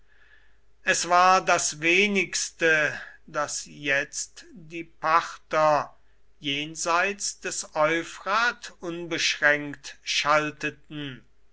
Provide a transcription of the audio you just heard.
es war das wenigste daß jetzt die parther jenseits des euphrat unbeschränkt schalteten